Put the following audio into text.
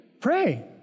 pray